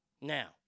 Now